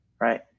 right